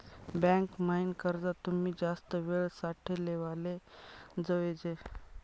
bank म्हाईन कर्ज तुमी जास्त येळ साठे लेवाले जोयजे